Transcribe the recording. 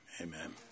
amen